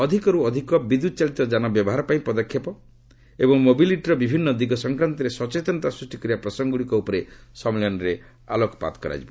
ଅଧିକରୁ ଅଧିକ ବିଦ୍ୟୁତ୍ଚାଳିତ ଯାନ ବ୍ୟବହାର ପାଇଁ ପଦକ୍ଷେପ ଏବଂ ମୋବିଲିଟିର ବିଭିନ୍ନ ଦିଗ ସଂକ୍ରାନ୍ତରେ ସଚେତନତା ସୃଷ୍ଟିକରିବା ପ୍ରସଙ୍ଗ ଗୁଡ଼ିକ ଉପରେ ସମ୍ମିଳନୀରେ ଆଲୋଚନା ହେବ